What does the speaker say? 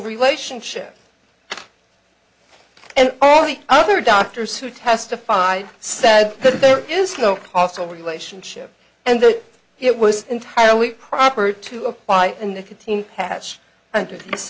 relationship and all the other doctors who testified said that there is no cost so relationship and that it was entirely proper to apply a nicotine patch under these